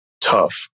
tough